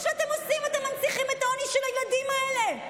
אתם מנציחים את העוני של הילדים האלה.